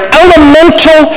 elemental